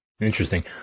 interesting